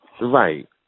Right